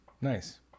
Nice